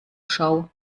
schau